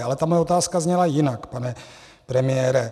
Ale ta má otázka zněla jinak, pane premiére.